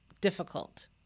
difficult